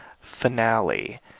finale